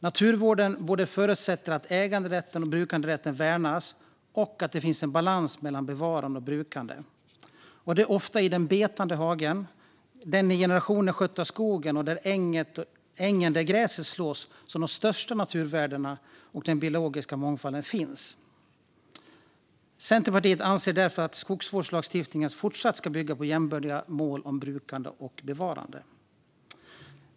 Naturvården förutsätter både att ägande och brukanderätten värnas och att det finns en balans mellan bevarande och brukande. Det är ofta i den betade hagen, i den under generationer skötta skogen och på ängen där gräset slås som de största naturvärdena och den biologiska mångfalden finns. Centerpartiet anser därför att skogsvårdslagstiftningen ska fortsätta att bygga på jämbördiga mål om brukande och bevarande.